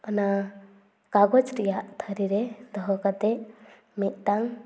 ᱚᱱᱟ ᱠᱟᱜᱚᱡᱽ ᱨᱮᱭᱟᱜ ᱛᱷᱟᱹᱨᱤ ᱨᱮ ᱫᱚᱦᱚ ᱠᱟᱛᱮᱫ ᱢᱤᱫᱴᱟᱝ